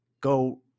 go